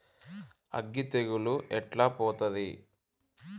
అగ్గి తెగులు ఎట్లా పోతది?